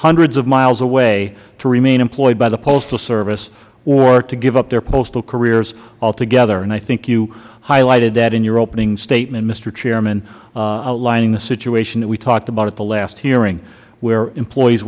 hundreds of miles away to remain employed by the postal service or to give up their postal careers altogether and i think you highlighted that in your opening statement mister chairman outlining the situation that we talked about at the last hearing where employees